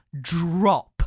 Drop